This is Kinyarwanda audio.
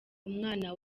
umwana